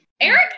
Eric